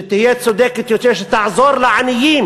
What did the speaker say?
שתהיה צודקת יותר, שתעזור לעניים